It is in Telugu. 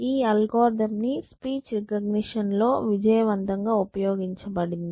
ఈ అల్గోరిథం ని స్పీచ్ రెకగ్నిషన్ లో విజయవంతంగా ఉపయోగించబడింది